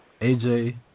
AJ